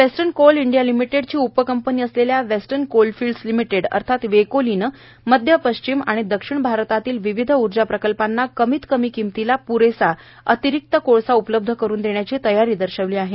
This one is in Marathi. वेस्टर्न कोल इंडिया लिमिटेड ची उपकंपनी असलेल्या वेस्टर्न कोलफिल्ड्स लिमिटेड अर्थात वेकोलि ने मध्य पश्चिम आणि दक्षिण भारतातील विविध उर्जा प्रकल्पांना कमीत कमी किंमतीला प्रेसा अतिरिक्त कोळसा उपलब्ध करून देण्याची तयारी दर्शवली आहे